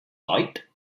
site